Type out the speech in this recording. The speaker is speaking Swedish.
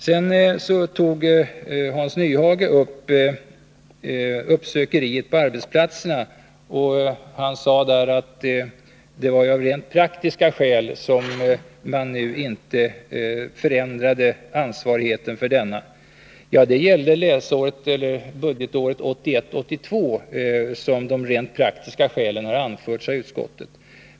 Hans Nyhage tog upp den uppsökande verksamheten på arbetsplatserna. Han sade att det var av rent praktiska skäl som man nu inte förändrade ansvarigheten för denna. Ja, det var i fråga om budgetåret 1981/82 som de rent praktiska skälen anförts i utskottet.